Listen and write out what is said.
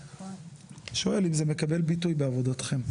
אני שואל אם זה מקבל ביטוי בעבודתכם?